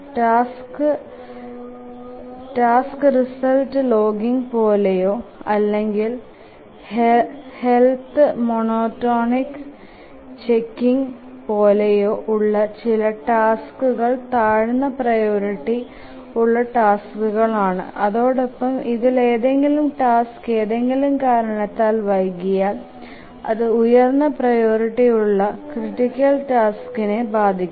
task result logging പോലെയോ അല്ലെകിൽ health monitoring checking പോലെയോ ഉള്ള ചില ടാസ്കുകൾ താഴ്ന്ന പ്രിയോറിറ്റി ഉള്ള ടാസ്കുകൾ ആണ് അതോടൊപ്പം ഇതിൽ ഏതെങ്കിലും ടാസ്ക് എന്തെകിലും കാരണത്താൽ വൈകിയാൽ അതു ഉയർന്ന പ്രിയോറിറ്റി ഉള്ള ക്രിട്ടിക്കൽ ടാസ്കിനെ ബാധിക്കും